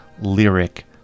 lyric